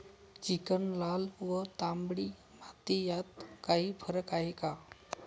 Chicken, लाल व तांबडी माती यात काही फरक आहे का?